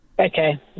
Okay